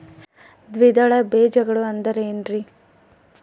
ದ್ವಿದಳ ಬೇಜಗಳು ಅಂದರೇನ್ರಿ?